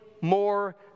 more